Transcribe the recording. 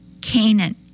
Canaan